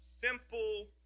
simple